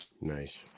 Nice